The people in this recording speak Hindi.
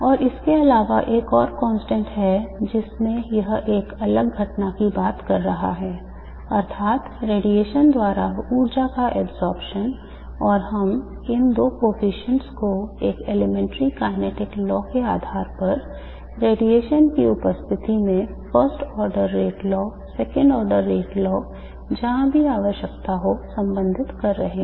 और इसके अलावा एक और constant है जिसमें यह एक अलग घटना की बात कर रहा है अर्थात् रेडिएशन द्वारा ऊर्जा का absorption और हम इन दो coefficients को एक elementary kinetic law के आधार पर रेडिएशन की उपस्थिति में first order rate law second order rate law जहाँ भी आवश्यक हो संबंधित कर रहे हैं